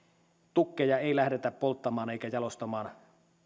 tukkeja ei lähdetä polttamaan eikä jalostamaan